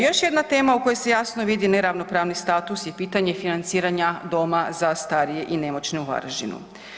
Još jedna tema u kojoj se jasno vidi neravnopravni status je pitanje financiranje Doma za starije i nemoćne u Varaždinu.